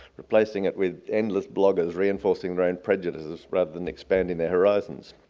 replacing it with endless bloggers reinforcing their own prejudices rather than expanding their horizons.